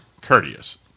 courteous